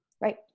Right